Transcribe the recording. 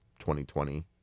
2020